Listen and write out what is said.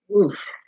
Oof